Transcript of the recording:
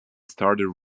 starter